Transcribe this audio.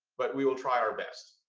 but we will try our best.